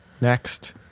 Next